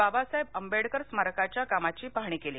बाबासाहेब आंबेडकर स्मारकाच्या कामाची पाहणी केली